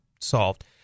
solved